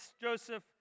Joseph